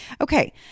Okay